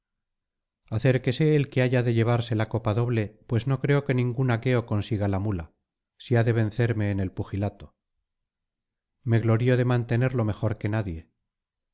acerqúese el que haya de llevarse la copa doble pues no creo que ningún aqueo consiga la muía si ha de vencerme en el pugilato me glorío de mantenerlo mejor que nadie